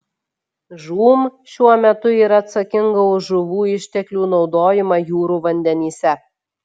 žūm šiuo metu yra atsakinga už žuvų išteklių naudojimą jūrų vandenyse